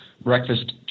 breakfast